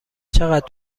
چقدر